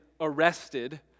arrested